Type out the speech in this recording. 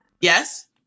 yes